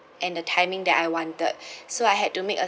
and the timing that I wanted so I had to make a